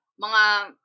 Mga